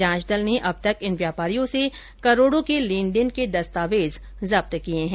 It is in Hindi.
जांच दल ने अब तक इन व्यापारियों से करोडो के लेनदेन के दस्तावेज जब्त किये है